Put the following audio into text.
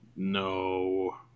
No